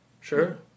Sure